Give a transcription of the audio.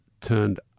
turned